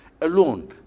alone